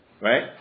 Right